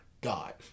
God